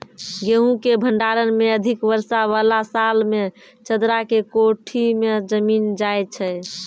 गेहूँ के भंडारण मे अधिक वर्षा वाला साल मे चदरा के कोठी मे जमीन जाय छैय?